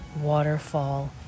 waterfall